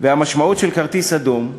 והמשמעות של כרטיס אדום,